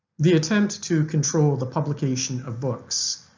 the attempt to control the publication of books,